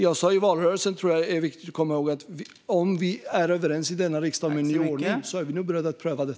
Jag sa i valrörelsen, vilket är viktigt att komma ihåg, att om vi är överens i denna riksdag om en ny ordning är vi beredda att pröva det.